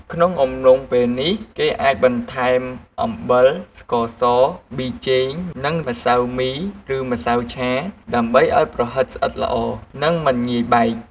ក្នុងអំឡុងពេលនេះ គេអាចបន្ថែមអំបិល ស្ករស ប៊ីចេង និងម្សៅមី ឬម្សៅឆា ដើម្បីឱ្យប្រហិតស្អិតល្អ និងមិនងាយបែក។